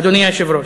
אדוני היושב-ראש.